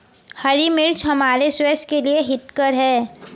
हरी मिर्च हमारे स्वास्थ्य के लिए हितकर हैं